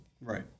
right